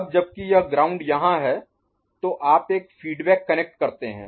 अब जबकि यह ग्राउंड यहां है तो आप एक फीडबैक कनेक्ट करते हैं